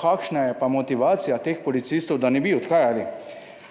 kakšna je pa motivacija teh policistov, da ne bi odhajali?